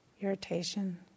irritation